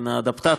אדפטציה.